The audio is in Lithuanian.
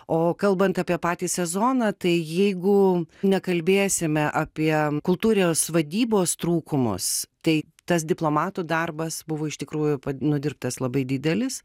o kalbant apie patį sezoną tai jeigu nekalbėsime apie kultūrios vadybos trūkumus tai tas diplomatų darbas buvo iš tikrųjų pat nudirbtas labai didelis